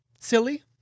silly